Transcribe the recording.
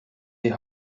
die